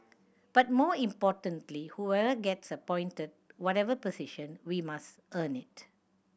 but more importantly whoever gets appointed whatever position we must earn it